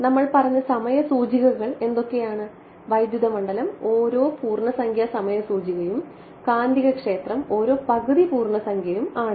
നമ്മൾ പറഞ്ഞ സമയ സൂചികകൾ എന്തൊക്കെയാണ് വൈദ്യുത മണ്ഡലം ഓരോ പൂർണ്ണസംഖ്യാ സമയ സൂചികയും കാന്തികക്ഷേത്രം ഓരോ പകുതി പൂർണ്ണസംഖ്യയും ആണെന്ന്